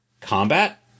combat